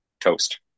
toast